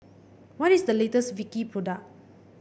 what is the latest Vichy product